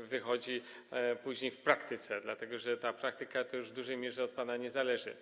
wychodzi to później w praktyce, dlatego że ta praktyka to już w dużej mierze od pana nie zależy.